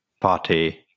Party